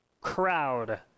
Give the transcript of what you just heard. Crowd